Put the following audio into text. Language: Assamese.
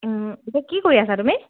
এতিয়া কি কৰি আছা তুমি